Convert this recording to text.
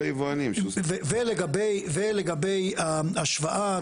לגבי ההשוואה,